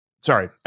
Sorry